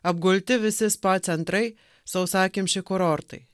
apgulti visi spa centrai sausakimši kurortai